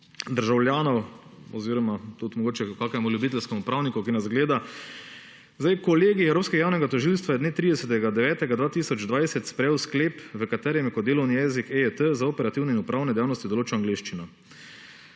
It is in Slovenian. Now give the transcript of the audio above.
državljanov oziroma tudi mogoče kakemu ljubiteljskemu pravniku, ki nas gleda. Kolegij Evropskega javnega tožilstva je dne 30. 9. 2020 sprejel sklep, v katerem kot delovni jezik EJT za operativne in upravne dejavnosti določa angleščino.